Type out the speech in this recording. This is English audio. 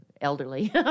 elderly